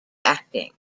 acting